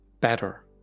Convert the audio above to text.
better